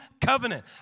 covenant